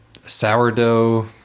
sourdough